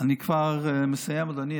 אני כבר מסיים, אדוני.